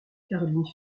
caroline